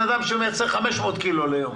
אתם לוקחים מאדם שמייצר 500 קילוגרם ליום.